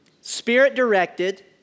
spirit-directed